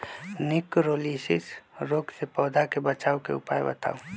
निककरोलीसिस रोग से पौधा के बचाव के उपाय बताऊ?